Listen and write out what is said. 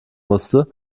musste